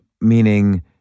Meaning